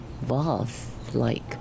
vase-like